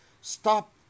stop